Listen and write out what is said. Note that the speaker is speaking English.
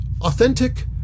authentic